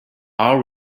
our